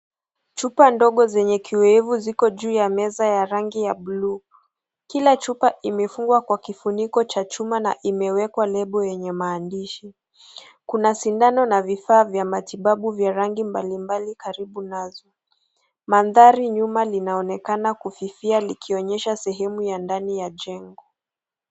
Chupa ndogo zenye kiwevu ziko juu ya meza ya rangi ya bluu kila chupa imefungwa kwa kifuniko cha chuma na imewekwa lebo yenye maandishi . Kuna sindano na vifaa vya matibabu vya rangi mbalimbali karibu nazo mandhari nyuma linaonekana kufifia likionyesha sehemu ya ndani ya jengo.